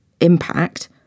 impact